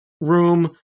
room